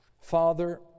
Father